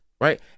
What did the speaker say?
right